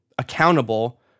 accountable